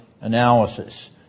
analysis